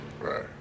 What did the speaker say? Right